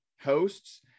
hosts